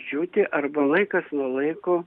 džiūti arba laikas nuo laiko